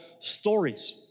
stories